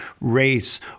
race